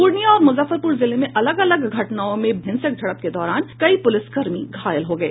पूर्णिया और मूजफ्फरपूर जिले में अलग अलग घटनाओं में भीड़ के साथ हिंसक झड़प के दौरान कई पुलिसकर्मी घायल हो गये